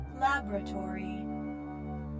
Laboratory